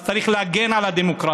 אז צריך להגן על הדמוקרטיה.